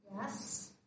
Yes